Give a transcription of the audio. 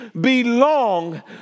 belong